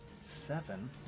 seven